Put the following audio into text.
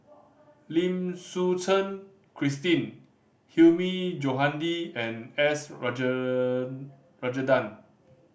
Lim Suchen Christine Hilmi Johandi and S Rajendran